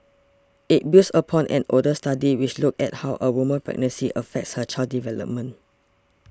it builds upon an older study which looked at how a woman's pregnancy affects her child's development